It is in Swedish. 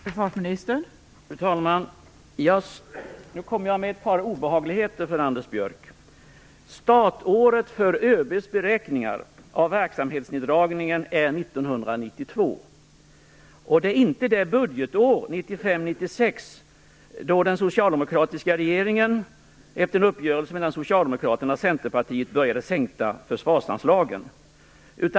Fru talman! Jag kommer nu med ett par obehagligheter till Anders Björck. Startåret för ÖB:s beräkningar av verksamhetsindragningen är 1992. Det är inte det budgetår, 1995/96, då den socialdemokratiska regeringen efter en uppgörelse mellan Socialdemokraterna och Centerpartiet började sänka försvarsanslagen.